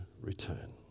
return